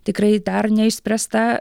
tikrai dar neišspręsta